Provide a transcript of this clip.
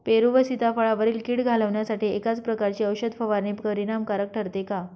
पेरू व सीताफळावरील कीड घालवण्यासाठी एकाच प्रकारची औषध फवारणी परिणामकारक ठरते का?